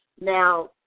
now